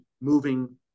moving